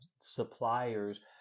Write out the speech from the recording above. suppliers